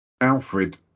Alfred